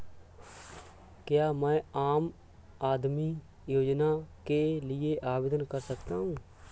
क्या मैं आम आदमी योजना के लिए आवेदन कर सकता हूँ?